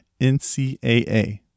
NCAA